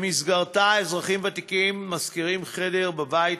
שבמסגרתה אזרחים ותיקים משכירים חדר בבית